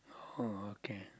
oh okay